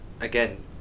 Again